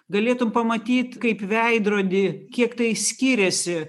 galėtumei pamatyt kaip veidrody kiek tai skyrėsi